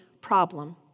problem